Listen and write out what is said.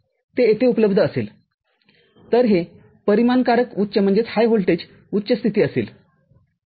ते येथे उपलब्ध असेल तर हे परिमाणकारक उच्च व्होल्टेजउच्च स्थिती असेल